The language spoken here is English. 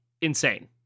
insane